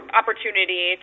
opportunity